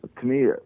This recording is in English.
to me,